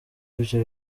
ibyo